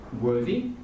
worthy